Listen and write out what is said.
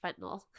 fentanyl